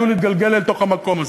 עלול להתגלגל אל תוך המקום הזה.